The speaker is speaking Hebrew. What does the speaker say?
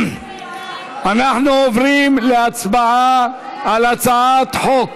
אנחנו עוברים להצבעה על הצעת חוק